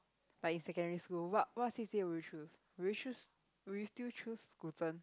like in secondary school what what C_C_A will you choose will you choose will you still choose Guzheng